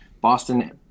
Boston